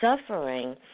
suffering